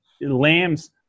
Lamb's